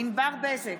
ענבר בזק,